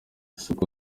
isuku